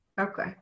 Okay